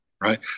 right